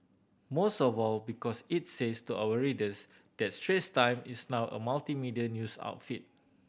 most of all because it's says to our readers that is now a multimedia news outfit